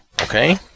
Okay